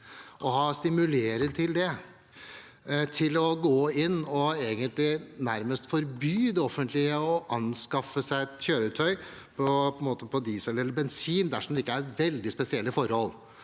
– å stimulere til det – og å gå inn og egentlig nærmest forby det offentlige å anskaffe et kjøretøy på diesel eller bensin dersom det ikke er veldig spesielle forhold.